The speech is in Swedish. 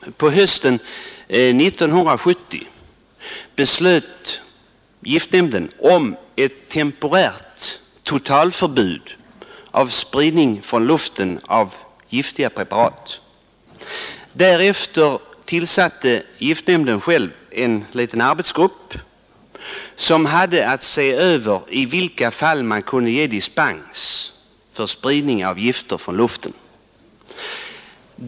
På hösten 1970 fattade giftnämnden beslut om ett temporärt totalförbud mot spridning från luften av giftiga preparat. Därefter tillsatte giftnämnden själv en liten arbetsgrupp, som hade att se över i vilka fall man kunde ge dispens för spridning av gifter från luften.